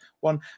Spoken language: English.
one